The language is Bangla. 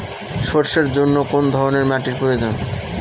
সরষের জন্য কোন ধরনের মাটির প্রয়োজন?